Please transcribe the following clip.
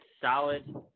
solid